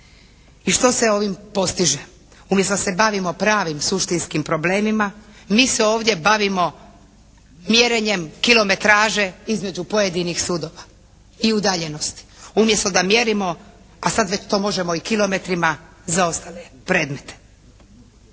I što se ovim postiže? Umjesto da se bavimo pravim suštinskim problemima mi se ovdje bavimo mjerenjem kilometraže između pojedinih sudova i udaljenosti, umjesto da mjerimo a sad već to možemo i kilometrima zaostale predmete.